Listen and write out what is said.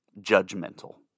judgmental